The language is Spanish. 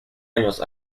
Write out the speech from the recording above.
años